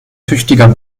tüchtiger